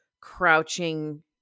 crouching